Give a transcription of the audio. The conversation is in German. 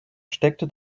steckte